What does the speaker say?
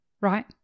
right